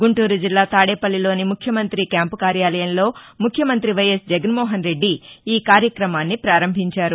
గుంటూరు జిల్లా తాదేపల్లిలోని ముఖ్యమంతి క్యాంపు కార్యాలయంలో ముఖ్యమంతి వైఎస్ జగన్మోహన్రెద్ది ఈ కార్యక్రమాన్ని పారంభించారు